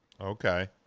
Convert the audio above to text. okay